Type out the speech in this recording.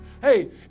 Hey